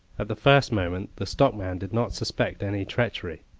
at the first moment the stockman did not suspect any treachery,